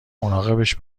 مراقبش